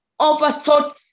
overthought